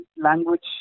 language